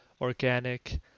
organic